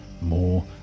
more